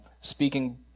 speaking